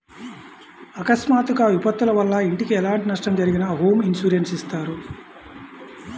అకస్మాత్తుగా విపత్తుల వల్ల ఇంటికి ఎలాంటి నష్టం జరిగినా హోమ్ ఇన్సూరెన్స్ ఇత్తారు